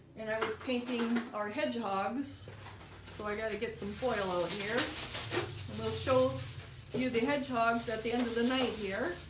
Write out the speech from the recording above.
and i was painting our hedgehogs so i got to get some foil out here we'll show you the hedgehogs at the end of the night here,